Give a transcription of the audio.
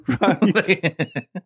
Right